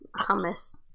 Hummus